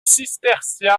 cistercien